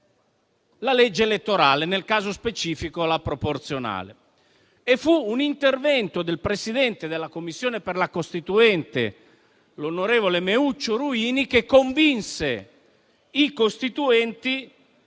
la legge elettorale, nel caso specifico la proporzionale, e fu un intervento del Presidente della Commissione per la Costituente, l'onorevole Meuccio Ruini, che convinse i costituenti